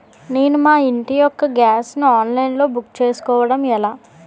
నేను మా ఇంటి యెక్క గ్యాస్ ను ఆన్లైన్ లో బుక్ చేసుకోవడం ఎలా?